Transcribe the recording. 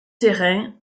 terrain